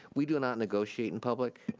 we do not negotiate in public,